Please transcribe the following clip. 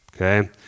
Okay